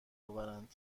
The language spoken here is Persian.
آورند